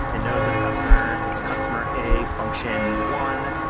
it knows that a customer it's customer a, function one.